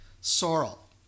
Sorrel